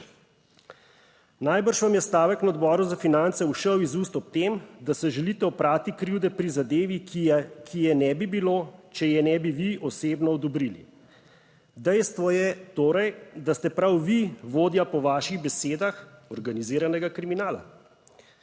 Najbrž vam je stavek na Odboru za finance ušel iz ust ob tem, da se želite oprati krivde pri zadevi, ki je ne bi bilo, če je ne bi vi osebno odobrili. Dejstvo je torej, da ste prav vi vodja, po vaših besedah, organiziranega kriminala.